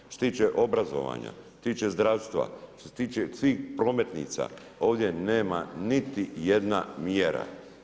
Što se tiče obrazovanja, tiče zdravstva, što se tiče svih prometnica, ovdje nema niti jedna mjera.